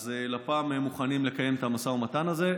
אז לפ"מ מוכנים לקיים את המשא ומתן הזה.